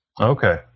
Okay